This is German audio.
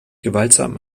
gewaltsam